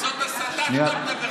זאת הסתה כשאתה מדבר,